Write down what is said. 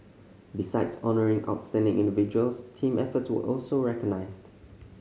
besides honouring outstanding individuals team efforts were also recognised